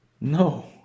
No